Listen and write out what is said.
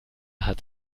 hat